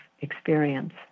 experience